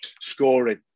scoring